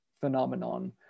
phenomenon